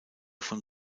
von